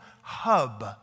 hub